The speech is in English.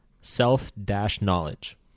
self-knowledge